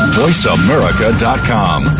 voiceamerica.com